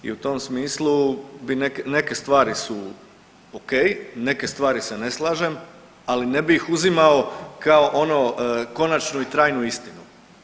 I u tom smislu bi, neke stvari su ok, neke stvari se ne slažem ali ne bih uzimao kao ono konačnu i trajnu istinu.